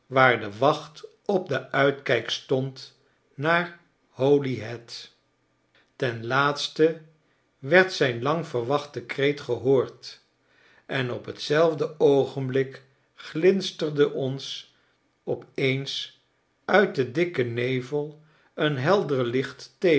de wacht op den uitkijk stond naar holyhead ten laatste werd zijn lang verwachte kreet gehoord en op t zelfde oogenblik glinsterde ons op eens uit den dikken nevel een helder licht